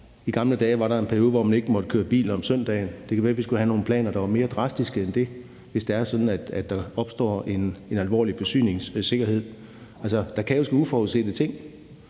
I gamle dage var der en periode, hvor man ikke måtte køre bil om søndagen. Det kunne være, vi skulle have nogle planer, der var mere drastiske end det, hvis det er sådan, at der opstår en alvorlig forsyningssikkerhedssituation. Altså, der kan jo ske uforudsete ting.